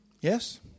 Yes